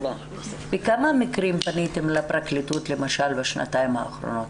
בכמה מקרים פניתם לפרקליטות למשל בשנתיים האחרונות?